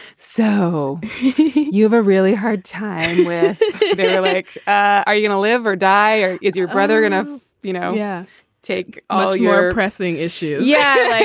so you have a really hard time with it like are you going to live or die or is your brother going to you know yeah take all your pressing issue. yeah